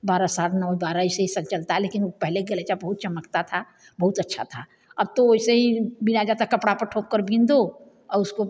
बारह साठ नौ बारह ऐसे ही सब चलता है लेकिन पहले के गलीचा बहुत चमकता था बहुत अच्छा था अब तो वैसे ही बुना जाता कपड़ा पर ठोक कर बुन दो और उसको